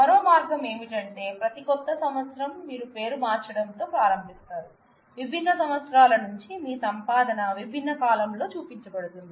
మరో మార్గం ఏమిటంటే ప్రతి కొత్త సంవత్సరం మీరు పేరు మార్చడం ప్రారంభిస్తారు విభిన్న సంవత్సరాల నుంచి మీ సంపాదన విభిన్న కాలమ్ ల్లో చూపించబడుతుంది